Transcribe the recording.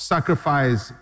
Sacrifice